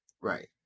Right